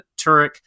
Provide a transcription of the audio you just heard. Turek